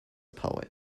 poet